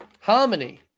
Harmony